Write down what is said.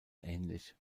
ähnlich